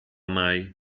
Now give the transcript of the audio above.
mai